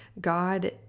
God